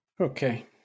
Okay